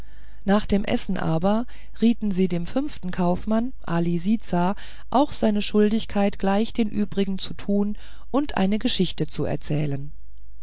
nach dem essen aber riefen sie dem fünften kaufmann ali sizah auch seine schuldigkeit gleich den übrigen zu tun und eine geschichte zu erzählen